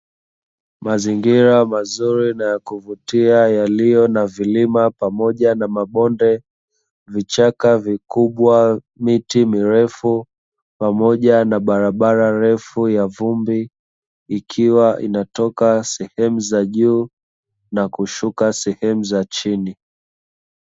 Mazingira mazuri na ya kuvutia yalio na vilima pamoja na mabonde, vichaka vikubwa, miti mirefu pamoja na barabara ndefu ya vumbi ikiwa inatoka sehemu za juu na kushuka sehemu za chini.